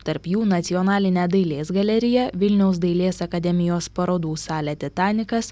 tarp jų nacionalinę dailės galeriją vilniaus dailės akademijos parodų salę titanikas